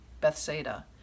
Bethsaida